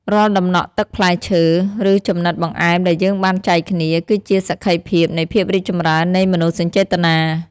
រាល់ដំណក់ទឹកផ្លែឈើ ឬចំណិតបង្អែមដែលយើងបានចែកគ្នា គឺជាសក្ខីភាពនៃភាពរីកចម្រើននៃមនោសញ្ចេតនា។